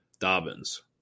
Dobbins